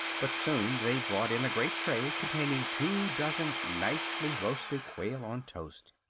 but soon they brought in a great tray containing two dozen nicely roasted quail on toast.